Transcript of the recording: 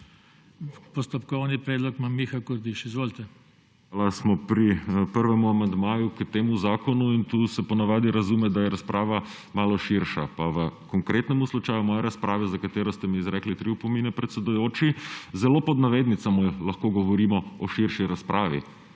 Postopkovni predlog ima Miha Kordiš. Izvolite. **MIHA KORDIŠ (PS Levica):** Hvala. Smo pri prvemu amandmaju k temu zakonu in tukaj se ponavadi razume, da je razprava malo širša. V konkretnem slučaju moja razprava, za katero ste mi izrekli tri opomine, predsedujoči, zelo pod navednicami lahko govorimo o širši razpravi.